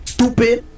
Stupid